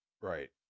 Right